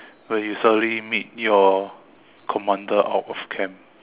when you suddenly meet your commander out of camp